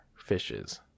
fishes